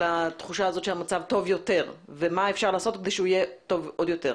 לתחושה הזאת שהמצב טוב יותר ומה אפשר לעשות כדי שהוא יהיה טוב עוד יותר.